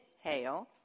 hail